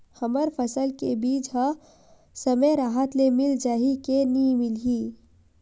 हमर फसल के बीज ह समय राहत ले मिल जाही के नी मिलही?